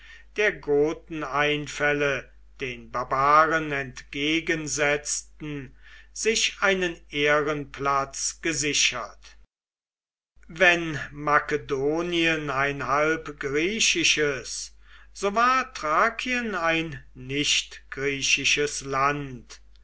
der goteneinfälle den barbaren entgegensetzten sich einen ehrenplatz gesichert wenn makedonien ein halb griechisches so war thrakien ein nicht griechisches land